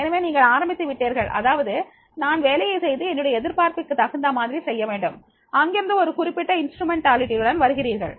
எனவே நீங்கள் ஆரம்பித்து விட்டீர்கள் அதாவது நான் வேலையை செய்து என்னுடைய எதிர்பார்ப்புக்கு தகுந்த மாதிரி செய்ய வேண்டும் அங்கிருந்து ஒரு குறிப்பிட்ட கருவி வருகிறீர்கள்